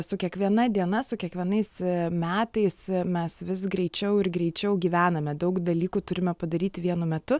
su kiekviena diena su kiekvienais metais mes vis greičiau ir greičiau gyvename daug dalykų turime padaryti vienu metu